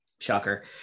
shocker